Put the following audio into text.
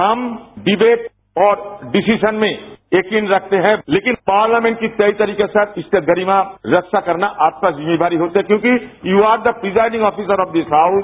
हम डिबेट और डिसीजन में यकीनरखते हैं लेकिन पार्लियामेंट की सही तरीके से इसकी गरिमा की रक्षा करना आपकी जिम्मेवारीहोता है क्योंकि you are the presiding officer this house